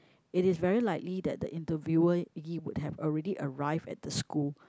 it is very likely that the interviewer he would have already arrived at the school